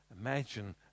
Imagine